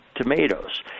tomatoes